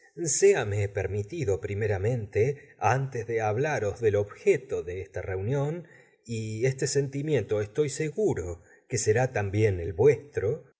leer señores séame permitido primeramente antes de hablaros del objeto de esta reunión y este sentimiento estoy seguro que será también el vuestro